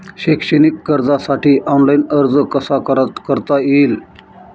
शैक्षणिक कर्जासाठी ऑनलाईन अर्ज कसा करता येईल?